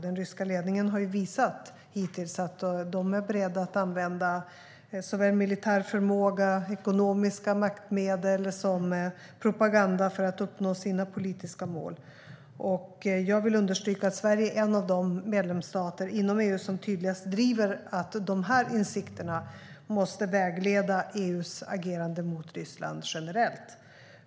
Den ryska ledningen har hittills visat att de är beredda att använda såväl militär förmåga och ekonomiska maktmedel som propaganda för att uppnå sina politiska mål. Jag vill understryka att Sverige är en av de medlemsstater inom EU som tydligast driver att de här insikterna måste vägleda EU:s agerande mot Ryssland generellt.